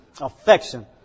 affection